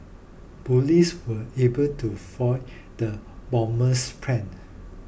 police were able to foil the bomber's plan